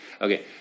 okay